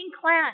clan